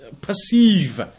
perceive